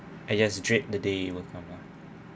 I just dread the day it won't come lah